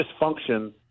dysfunction